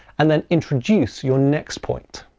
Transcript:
and then introduce your next point.